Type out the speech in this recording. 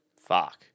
Fuck